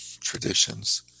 traditions